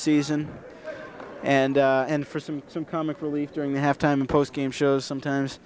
season and and for some some comic relief during halftime post game shows sometimes